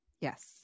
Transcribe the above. yes